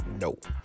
nope